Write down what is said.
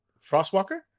Frostwalker